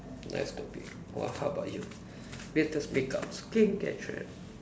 nice topic wha~ how about you latest makeup skincare trend